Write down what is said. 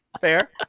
Fair